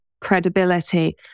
credibility